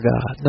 God